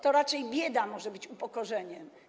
To raczej bieda może być upokorzeniem.